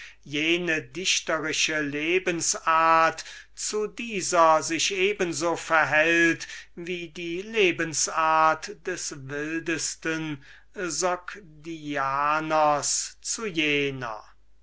jene dichtrische lebensart zu dieser sich eben so verhält wie die lebensart des wildesten sogdianers zu jener